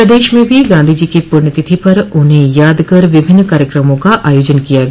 प्रदेश में भी गांधी जी पुण्यतिथि पर उन्हें याद कर विभिन्न कार्यक्रमों का आयोजन किया गया